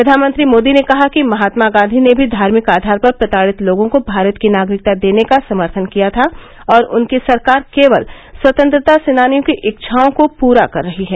प्रधानमंत्री मोदी ने कहा कि महात्मा गांधी ने भी धार्मिक आधार पर प्रताड़ित लोगों को भारत की नागरिकता देने का समर्थन किया था और उनकी सरकार केवल स्वतंत्रता सेनानियों की इच्छाओं को पूरा कर रही है